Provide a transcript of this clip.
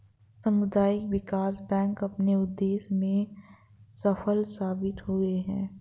सामुदायिक विकास बैंक अपने उद्देश्य में सफल साबित हुए हैं